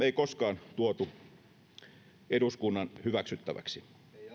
ei koskaan tuotu eduskunnan hyväksyttäväksi